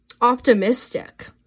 optimistic